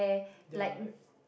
ya like